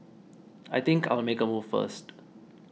I think I'll make a move first